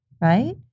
right